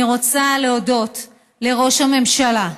אני רוצה להודות לראש הממשלה,